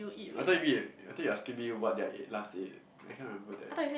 I thought you mean like I thought you asking me what did I ate last ate I cannot remember that